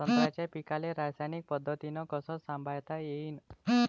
संत्र्याच्या पीकाले रासायनिक पद्धतीनं कस संभाळता येईन?